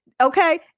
okay